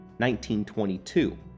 1922